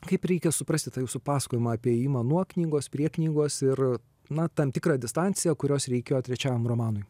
kaip reikia suprasti tą jūsų pasakojimą apie ėjimą nuo knygos prie knygos ir na tam tikrą distanciją kurios reikėjo trečiajam romanui